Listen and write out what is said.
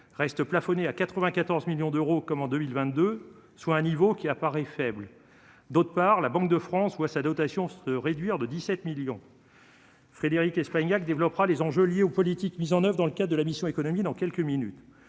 reste plafonné à 94 millions d'euros, comme en 2022, soit un niveau qui apparaît faible, d'autre part, la Banque de France voit sa dotation se réduire de 17 millions. Frédérique Espagnac développera les enjeux liés aux politiques mises en Oeuvres dans le cas de la mission Économie dans quelques minutes